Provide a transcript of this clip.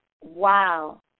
Wow